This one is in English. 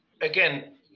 again